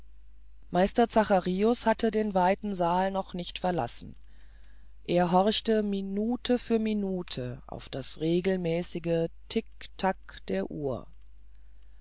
meister zacharius hatte den weiten saal noch nicht verlassen er horchte minute für minute auf das regelmäßige tick tack der uhr